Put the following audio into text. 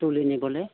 তুলি নিবলৈ